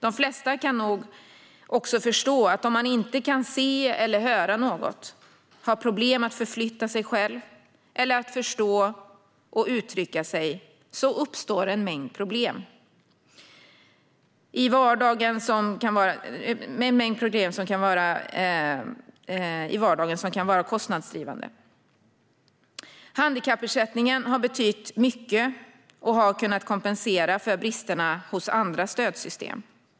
De flesta kan nog också förstå att om man inte kan se eller höra något, har problem att förflytta sig själv eller problem att förstå och uttrycka sig uppstår en mängd problem i vardagen som kan vara kostnadsdrivande. Handikappersättningen har betytt mycket och har kunnat kompensera för bristerna hos andra stödsystem.